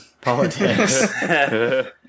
politics